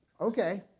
Okay